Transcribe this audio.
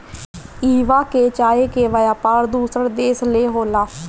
इहवां के चाय के व्यापार दोसर देश ले होला